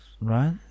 Right